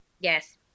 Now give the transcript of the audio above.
Yes